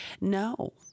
no